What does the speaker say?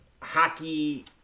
hockey